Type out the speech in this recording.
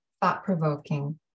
thought-provoking